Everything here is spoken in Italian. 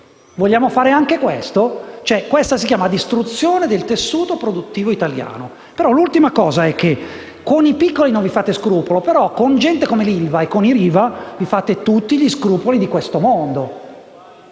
Vogliamo fare anche questo? Questa si chiama distruzione del tessuto produttivo italiano. Eppure, con i piccoli non vi fate scrupolo mentre con gente come i Riva e l'ILVA vi fate tutti gli scrupoli di questo mondo.